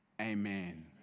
Amen